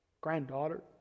Granddaughter